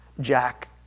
Jack